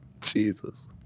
Jesus